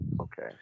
Okay